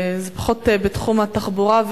זה פחות בתחום התחבורה.